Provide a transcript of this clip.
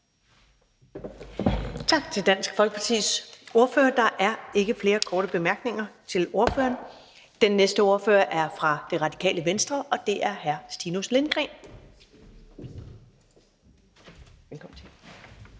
Tak til Dansk Folkepartis ordfører. Der er ikke flere korte bemærkninger til ordføreren. Den næste ordfører er fra Det Radikale Venstre, og det er hr. Stinus Lindgreen. Velkommen til.